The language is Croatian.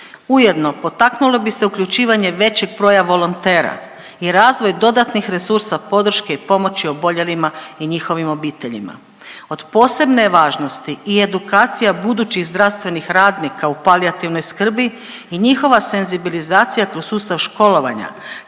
Ujedno potaknulo bi se uključivanje većeg broja volontera i razvoj dodatnih resursa podrške i pomoći oboljelima i njihovim obiteljima. Od posebne je važnosti i edukacija budućih zdravstvenih radnika u palijativnoj skrbi i njihova senzibilizacija kroz sustav školovanja,